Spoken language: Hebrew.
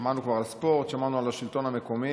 שמענו כבר על ספורט, שמענו על השלטון המקומי.